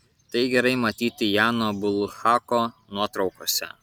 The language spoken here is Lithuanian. tai gerai matyti jano bulhako nuotraukose